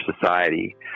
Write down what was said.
society